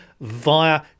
via